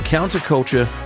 Counterculture